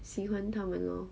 喜欢他们 lor